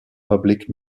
public